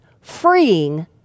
freeing